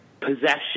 possession